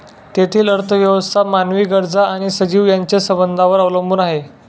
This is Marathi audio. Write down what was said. तेथील अर्थव्यवस्था मानवी गरजा आणि सजीव यांच्या संबंधांवर अवलंबून आहे